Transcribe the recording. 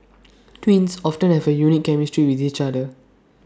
twins often have A unique chemistry with each other